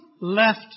left